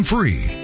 Free